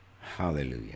hallelujah